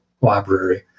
Library